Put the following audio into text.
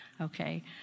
okay